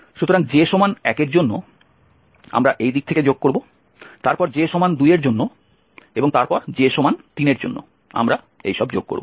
সুতরাং j 1 এর জন্য আমরা এই দিক থেকে যোগ করব তারপর j 2 এর জন্য এবং তারপর j 3 এর জন্য আমরা এই সব যোগ করব